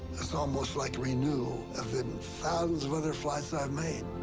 it's almost like renewal of the thousands of other flights i've made.